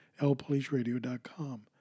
lpoliceradio.com